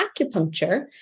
acupuncture